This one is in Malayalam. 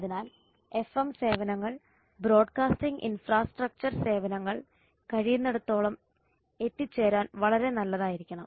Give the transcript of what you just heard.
അതിനാൽ എഫ്എം സേവനങ്ങൾ ബ്രോഡ്കാസ്റ്റിംഗ് ഇൻഫ്രാസ്ട്രക്ചർ സേവനങ്ങൾ കഴിയുന്നിടത്തോളം എത്തിച്ചേരാൻ വളരെ നല്ലതായിരിക്കണം